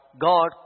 God